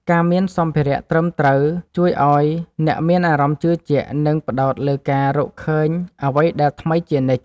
ការមានសម្ភារៈត្រឹមត្រូវជួយឱ្យអ្នកមានអារម្មណ៍ជឿជាក់ និងផ្ដោតលើការរកឃើញអ្វីដែលថ្មីជានិច្ច។